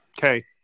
Okay